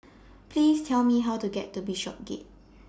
Please Tell Me How to get to Bishopsgate